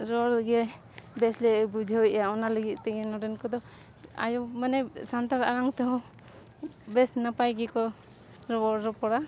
ᱨᱚᱲ ᱜᱮ ᱵᱮᱥ ᱞᱮ ᱵᱩᱡᱷᱟᱹᱣ ᱮᱜᱼᱟ ᱚᱱᱟ ᱞᱟᱹᱜᱤᱫ ᱛᱮᱜᱮ ᱱᱚᱰᱮᱱ ᱠᱚᱫᱚ ᱟᱭᱳ ᱢᱟᱱᱮ ᱥᱟᱱᱛᱟᱲ ᱟᱲᱟᱝ ᱛᱮᱦᱚᱸ ᱵᱮᱥ ᱱᱟᱯᱟᱭ ᱜᱮᱠᱚ ᱨᱚᱲ ᱨᱚᱯᱚᱲᱟ